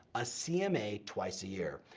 a cma twice a year.